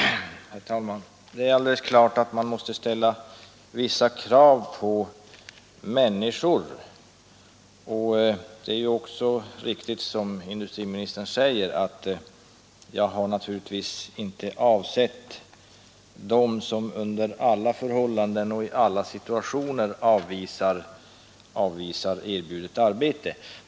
Herr talman! Det är alldeles klart att man måste ställa vissa krav på människor, och det är också riktigt som inrikesministern säger att jag naturligtvis inte har avsett dem som under alla förhållanden och i alla situationer avvisar erbjudet arbete.